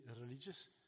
religious